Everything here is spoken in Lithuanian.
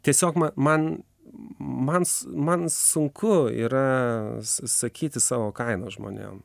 tiesiog ma man man s man sunku yra sa sakyti savo kainą žmonėm